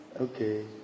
Okay